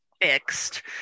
fixed